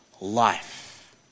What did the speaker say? life